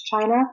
China